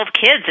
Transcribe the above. kids